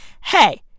Hey